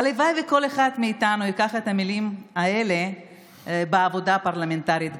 הלוואי שכל אחד מאיתנו ייקח את המילים האלה גם בעבודה הפרלמנטרית.